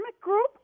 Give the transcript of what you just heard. group